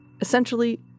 essentially